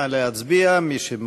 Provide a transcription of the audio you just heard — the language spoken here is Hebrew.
בבקשה, נא להצביע, מי שמעוניין.